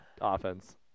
offense